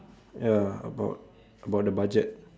ya about about the budget